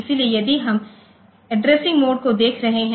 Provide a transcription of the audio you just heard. इसलिए यदि हम एड्रेसिंग मोड्स को देख रहे हैं